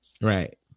Right